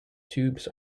tubes